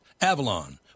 Avalon